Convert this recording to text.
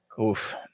Oof